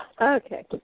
Okay